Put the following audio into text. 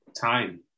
time